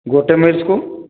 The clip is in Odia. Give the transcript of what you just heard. ଗୋଟିଏ ମୀଲସ୍ କୁ